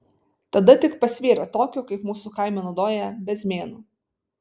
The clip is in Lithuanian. tada tik pasvėrė tokiu kaip mūsų kaime naudoja bezmėnu